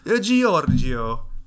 Giorgio